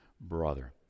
brother